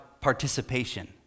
participation